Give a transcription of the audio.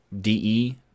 DE